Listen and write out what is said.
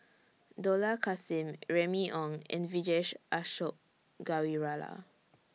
Dollah Kassim Remy Ong and Vijesh Ashok Ghariwala